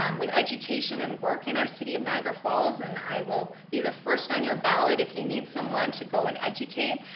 um with education and work in our city of niagara falls, and i will be the first on you ballot if you need someone to go and educate.